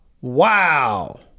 Wow